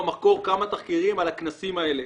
עשינו ב'המקור' כמה תחקירים על הכנסים האלה,